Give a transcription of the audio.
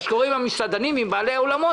מה שקורה עם המסעדנים ועם בעלי האולמות,